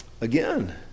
again